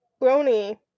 brony